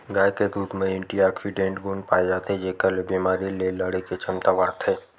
गाय के दूद म एंटीऑक्सीडेंट गुन पाए जाथे जेखर ले बेमारी ले लड़े के छमता बाड़थे